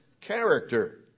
character